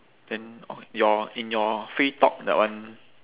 then oh your in your free talk that one